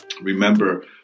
Remember